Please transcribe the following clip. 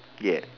ya